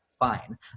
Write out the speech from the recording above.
fine